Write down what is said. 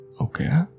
Okay